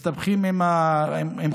מסתבכים עם חובות,